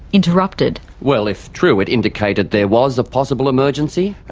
interrupted. well, if true, it indicated there was a possible emergency?